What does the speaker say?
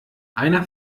einer